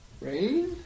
Rain